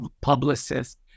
publicist